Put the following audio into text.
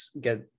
get